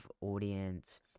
audience